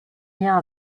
lien